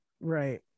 Right